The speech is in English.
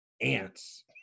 ants